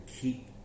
keep